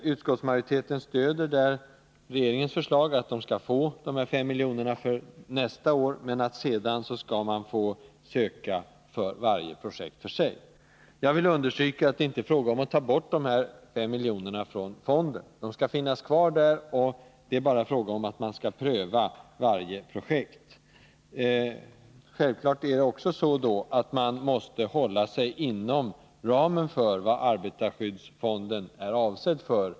Utskottsmajoriteten stöder regeringens förslag att de fackliga organisationerna skall få 5 milj.kr. för nästa år men att man sedan skall få söka bidrag för varje projekt för sig. Jag vill understryka att det inte är fråga om att ta bort de här 5 miljonerna från fonden — de skall finnas kvar där. Det är bara fråga om att man skall pröva varje projekt. Självfallet blir det då också så att man måste hålla sig inom ramen för vad arbetarskyddsfonden är avsedd för.